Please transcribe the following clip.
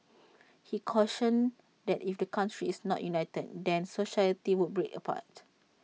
he cautioned that if the country is not united then society would break apart